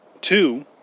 Two